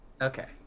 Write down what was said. okay